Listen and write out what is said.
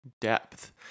depth